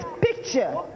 picture